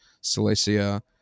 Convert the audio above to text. Silesia